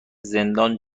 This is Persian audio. زندان